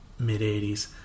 mid-'80s